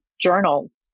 journals